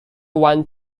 one